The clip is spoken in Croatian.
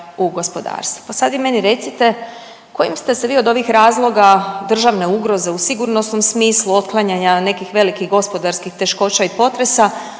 u gospodarstvu. Pa sad vi meni recite kojim ste se vi od ovih razloga državne ugroze u sigurnosnom smislu otklanjanja nekih velikih gospodarskih teškoća i potresa